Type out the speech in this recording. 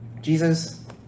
Jesus